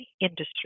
industry